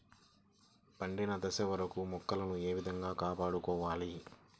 పండిన దశ వరకు మొక్కలను ఏ విధంగా కాపాడుకోవాలి?